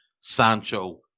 Sancho